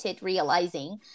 realizing